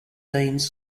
dean’s